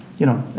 you know,